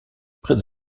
près